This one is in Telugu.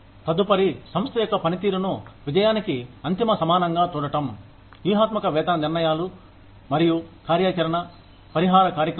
తదుపరి సంస్థ యొక్క పనితీరును విజయానికి అంతిమ సమానంగా చూడటం వ్యూహాత్మక వేతన నిర్ణయాలు మరియు కార్యాచరణ పరిహార కార్యక్రమాలు